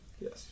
Yes